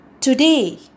today